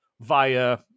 via